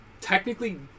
technically